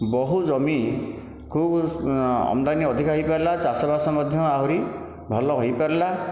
ବହୁ ଜମିକୁ ଆମଦାନୀ ଅଧିକ ହୋଇପାରିଲା ଚାଷ ବାସ ମଧ୍ୟ ଆହୁରି ଭଲ ହୋଇପାରିଲା